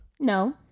no